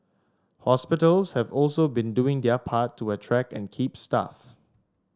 hospitals have also been doing their part to attract and keep staff